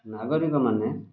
ନାଗରିକମାନେ